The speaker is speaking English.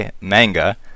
manga